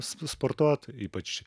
s sportuot ypač